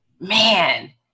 Man